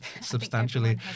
substantially